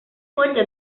foglio